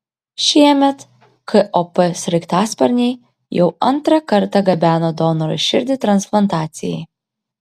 šiemet kop sraigtasparniai jau antrą kartą gabeno donoro širdį transplantacijai